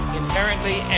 inherently